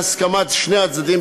בהסכמת שני הצדדים,